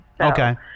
Okay